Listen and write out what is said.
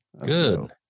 Good